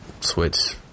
switch